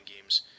games